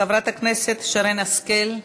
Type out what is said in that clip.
חברת הכנסת שרן השכל.